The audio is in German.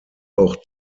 auch